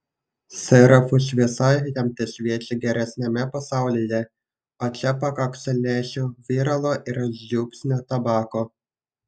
serafų šviesa jam tešviečia geresniame pasaulyje o čia pakaks lęšių viralo ir žiupsnio tabako